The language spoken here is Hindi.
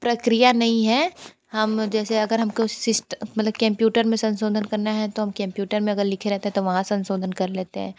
प्रक्रिया नहीं है हम जैसे अगर हम को सिस्ट मतलब केमप्यूटर में संशोधन करना है तो हम केमप्यूटर में अगर लिखे रेहते हैं तो वहाँ संशोधन कर लेते हैं